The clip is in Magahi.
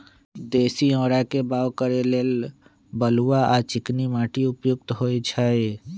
देशी औरा के बाओ करे लेल बलुआ आ चिकनी माटि उपयुक्त होइ छइ